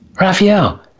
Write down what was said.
Raphael